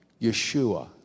Yeshua